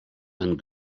and